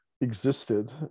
existed